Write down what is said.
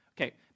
Okay